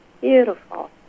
Beautiful